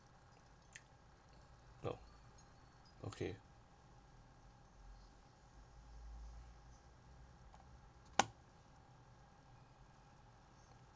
no okay